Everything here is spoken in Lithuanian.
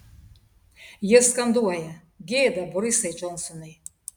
jie skanduoja gėda borisai džonsonai